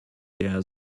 der